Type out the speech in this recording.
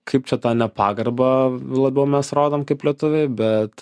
kaip čia tą nepagarbą labiau mes rodom kaip lietuviai bet